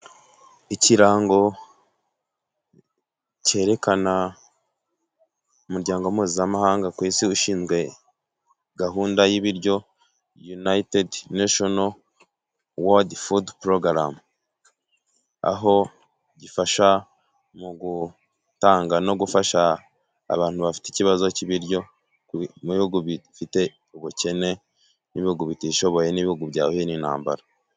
Ikirango cyerekana umuryango mpuzamahanga ku isi ushinzwe gahunda y'ibiryo unitedi nashino woridi fudu porogarame aho gifasha mu gutanga no gufasha abantu bafite ikibazo cy'ibiryo mu bihugu bifite ubukene n'ibihugu bitishoboye n'ibihugu bya byahuye n'intambara.